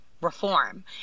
reform